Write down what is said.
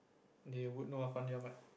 they would know ah Fandi-Ahmad